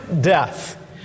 Death